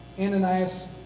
Ananias